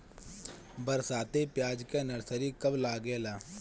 बरसाती प्याज के नर्सरी कब लागेला?